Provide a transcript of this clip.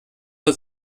für